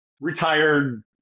retired